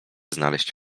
znaleźć